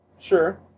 Sure